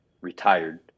retired